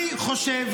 אני חושב,